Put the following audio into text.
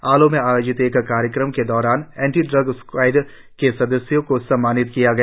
आलो में आयोजित एक कार्यक्रम के दौरान एंटी ड्रग स्क्वाड के सदस्यों को सम्मानित किया गया